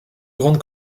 grande